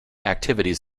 activities